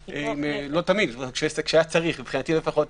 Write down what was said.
לא תמיד, רק כשהיה צריך, מבחינתי לפחות,